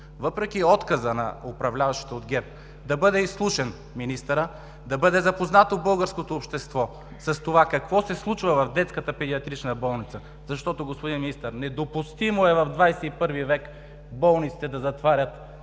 въпреки отказа на управляващите от ГЕРБ, да бъде изслушан министърът, да бъде запознато българското общество с това какво се случва в Детската педиатрична болница, защото, господин Министър, недопустимо е в XXI век болниците да се затварят